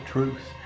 truth